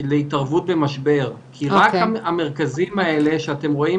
זו מערכת שהתחלנו לפתח עם הד ספייס ואנוש.